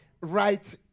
right